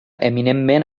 eminentment